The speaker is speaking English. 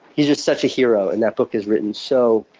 he's just such a hero, and that book is written so